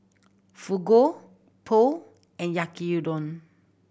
Fugu Pho and Yaki Udon